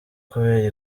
kubera